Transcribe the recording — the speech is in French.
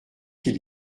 qu’il